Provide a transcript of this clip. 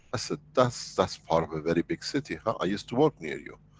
i said that's, that's part of a very big city huh, i used to work near you.